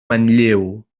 manlleu